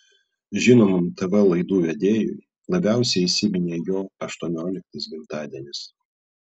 žinomam tv laidų vedėjui labiausiai įsiminė jo aštuonioliktas gimtadienis